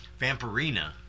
Vampirina